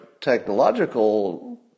technological